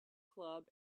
club